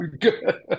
good